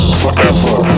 forever